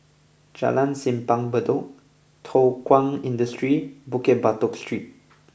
Jalan Simpang Bedok Thow Kwang Industry Bukit Batok Street